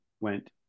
went